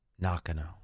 Nakano